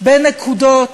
בין נקודות,